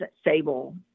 stable